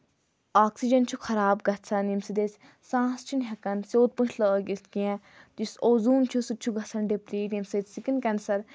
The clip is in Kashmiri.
آکسِجَن چھُ خراب گژھان ییٚمہِ سۭتۍ أسۍ سانس چھِنہٕ ہؠکان سیٚود پٲٹھۍ لٲگِتھ کینٛہہ یُس اوزوٗن چھُ سُہ تہِ چھُ گژھان ڈِپلیٖٹ ییٚمہِ سۭتۍ سِکِن کؠنسَر